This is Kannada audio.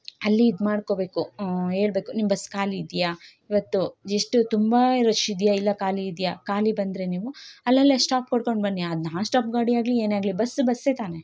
ಅಲ್ಲಿ ಇದ್ಮಾಡ್ಕೋಬೇಕು ಹೇಳ್ಬೇಕು ನಿಮ್ಮ ಬಸ್ ಖಾಲಿ ಇದೆಯಾ ಇವತ್ತು ಎಷ್ಟು ತುಂಬ ರಶ್ ಇದೆಯಾ ಇಲ್ಲ ಖಾಲಿ ಇದೆಯಾ ಖಾಲಿ ಬಂದರೆ ನೀವು ಅಲ್ಲಲ್ಲೇ ಸ್ಟಾಪ್ ಕೊಡ್ಕೊಂಡು ಬನ್ನಿ ಅದನ್ನ ನಾನ್ ಸ್ಟಾಪ್ ಗಾಡಿ ಆಗಲಿ ಏನೇ ಆಗಲಿ ಬಸ್ ಬಸ್ಸೇ ತಾನೇ